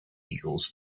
eagles